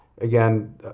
again